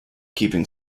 keeping